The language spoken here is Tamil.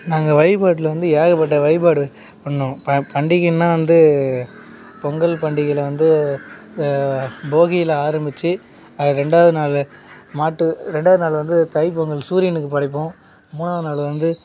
நாங்கள் வழிபாட்டில் வந்து ஏகப்பட்ட வழிபாடு பண்ணுவோம் பண்டிகைன்னா வந்து பொங்கல் பண்டிகையில் வந்து போகியில் ஆரம்மிச்சி ரெண்டாவது நாள் மாட்டு ரெண்டாவது நாள் வந்து தை பொங்கல் சூரியனுக்கு படைப்போம் மூணாவது நாள் வந்து